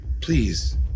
Please